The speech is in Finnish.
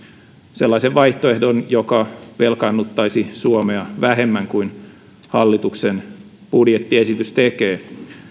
sellaisen vaihtoehdon joka velkaannuttaisi suomea vähemmän kuin hallituksen budjettiesitys tekee